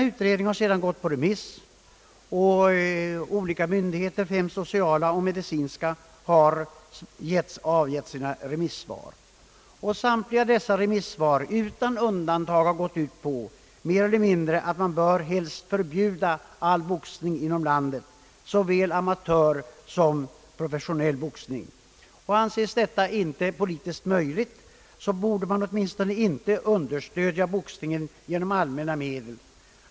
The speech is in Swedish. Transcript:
Utredningen har sedan gått på remiss, och olika myndigheter — främst sociala och medicinska — har avgivit sina remissvar. Remissvaren har utan undantag mer eller mindre gått ut på att man helst bör förbjuda all boxning inom landet, såväl amatörboxning som professionell boxning. Om detta inte anses politiskt möjligt borde man åtminstone inte understödja boxningen genom allmänna medel.